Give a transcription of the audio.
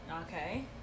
Okay